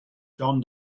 john